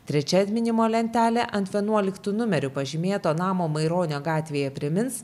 trečia atminimo lentelė ant vienuoliktu numeriu pažymėto namo maironio gatvėje primins